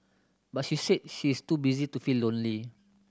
but she said she is too busy to feel lonely